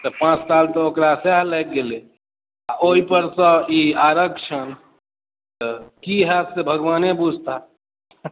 तऽ पाँच साल तऽ ओकरा सएह लागि गेलै ऊपर सॅं ई आरक्षण की होयत से भगवाने बुझताह